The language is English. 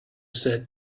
said